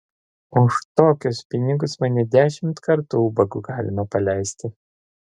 už tokius pinigus mane dešimt kartų ubagu galima paleisti